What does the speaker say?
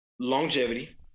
Longevity